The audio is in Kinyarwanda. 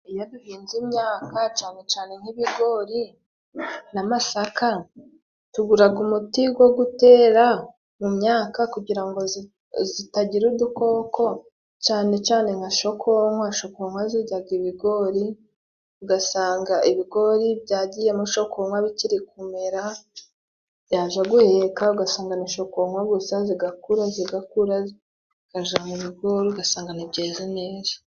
Iyo duhinze imyaka, cane cane nk'ibigori, n'amasaka, tuguraga umuti go gutera, mu myaka kugira ngo zitagira udukoko, cane cane nka Shokonkwa. Shokonkwa ziryaga ibigori ugasanga ibigori byagiyemo Shokonywa bikiri kumera, byaja guheka ugasanga ni Shokonkwa gusa, zigakura zigakura zikaja mu bigori, ugasanga ntibyeze neza.